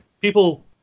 people